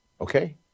okay